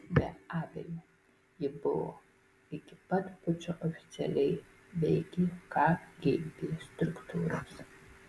be abejo ji buvo iki pat pučo oficialiai veikė kgb struktūros